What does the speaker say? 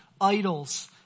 idols